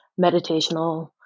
meditational